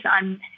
on